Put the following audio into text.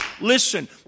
Listen